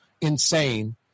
insane